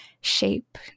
shape